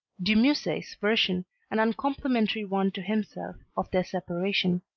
de musset's version an uncomplimentary one to himself of their separation.